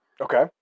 Okay